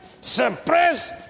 suppress